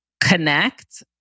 connect